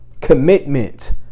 Commitment